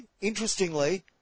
interestingly